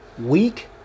week